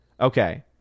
okay